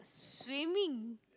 swimming